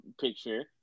picture